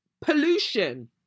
Pollution